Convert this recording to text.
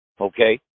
Okay